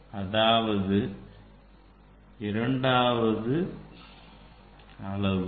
இதுவே இரண்டாவது அளவாகும்